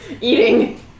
Eating